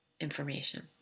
information